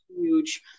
huge